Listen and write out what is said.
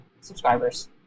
subscribers